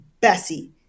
Bessie